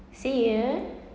see ya